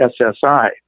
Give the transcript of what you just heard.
ssi